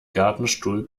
gartenstuhl